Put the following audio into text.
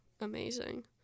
amazing